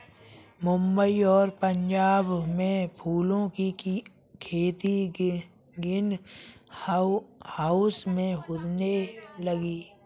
मुंबई और पंजाब में फूलों की खेती ग्रीन हाउस में होने लगी है